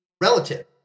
relative